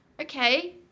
okay